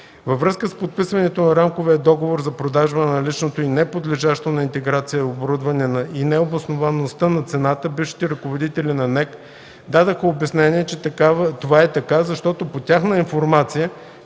Във връзка с подписването на Рамковия договор за продажба на наличното и неподлежащо на интеграция оборудване и необосноваността на цената, бившите ръководители на НЕК дадоха обяснението, че това е така, защото по тяхна информация